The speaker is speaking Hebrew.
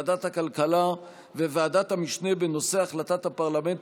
בוועדת הכלכלה ובוועדת המשנה בנושא החלטת הפרלמנט